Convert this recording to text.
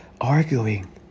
arguing